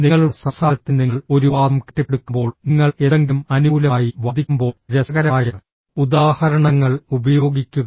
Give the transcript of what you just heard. നിങ്ങളുടെ സംസാരത്തിൽ നിങ്ങൾ ഒരു വാദം കെട്ടിപ്പടുക്കുമ്പോൾ നിങ്ങൾ എന്തെങ്കിലും അനുകൂലമായി വാദിക്കുമ്പോൾ രസകരമായ ഉദാഹരണങ്ങൾ ഉപയോഗിക്കുക